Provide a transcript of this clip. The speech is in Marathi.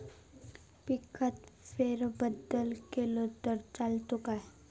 पिकात फेरबदल केलो तर चालत काय?